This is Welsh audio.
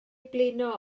blino